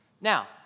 Now